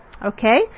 Okay